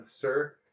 Sir